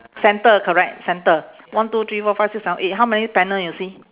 centre correct centre one two three four five six seven eight how many panel you see